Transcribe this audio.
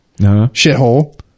shithole